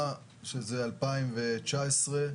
ב-2019,